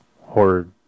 horror